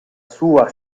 sua